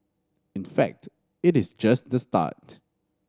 in fact it is just the start